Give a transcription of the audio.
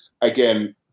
again